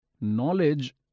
knowledge